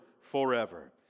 forever